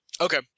Okay